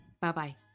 bye-bye